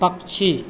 पक्षी